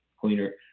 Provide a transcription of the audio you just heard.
cleaner